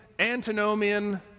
antinomian